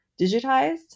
digitized